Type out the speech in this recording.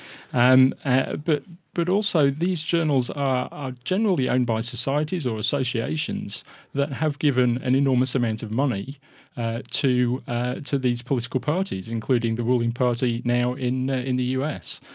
and ah but but also these journals are generally owned by societies or associations that have given an enormous amount of money to to these political parties, including the ruling party now in ah in the us.